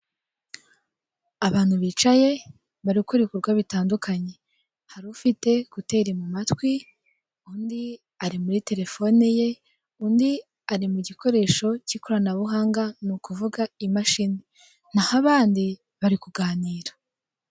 Abantu bicaye bari gukora ibikorwa bitandukanye hari ufite kuteri mu matwi, undi ari muri telefone, ye undi ari mu gikoresho k'ikoranabuhanga ni ukuvuga imashini naho abandi bari kuganira.